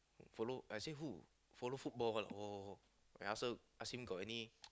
follow I say who follow football ah oh I ask her ask him got any